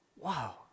Wow